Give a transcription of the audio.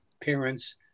parents